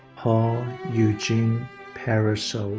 paul eugene parisot,